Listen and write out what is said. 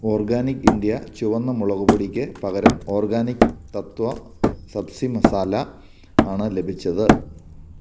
organic India ചുവന്ന മുളക് പൊടിയ്ക്ക് പകരം ഓർഗാനിക് തത്വ സബ്സി മസാല ആണ് ലഭിച്ചത്